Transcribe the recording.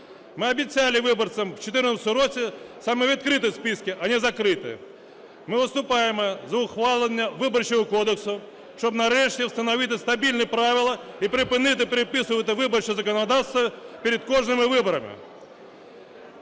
Ми обіцяли виборцям у 14-му році саме відкриті списки, а не закриті. Ми виступаємо за ухвалення Виборчого кодексу, щоб нарешті встановити стабільні правила і припинити переписувати виборче законодавство перед кожними виборами.